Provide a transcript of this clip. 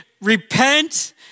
repent